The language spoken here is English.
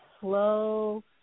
slow